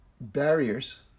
barriers